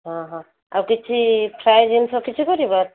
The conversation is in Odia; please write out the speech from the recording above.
ହଁ ହଁ ଆଉ କିଛି ଫ୍ରାଏ ଜିନିଷ କିଛି କରିବ